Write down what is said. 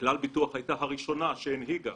כלל ביטוח הייתה הראשונה שהנהיגה